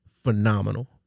phenomenal